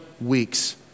weeks